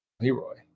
Leroy